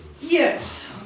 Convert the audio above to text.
Yes